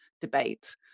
debate